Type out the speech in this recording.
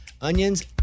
Onions